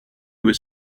was